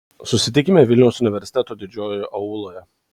susitikime vilniaus universiteto didžiojoje auloje